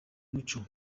muco